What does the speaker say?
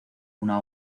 una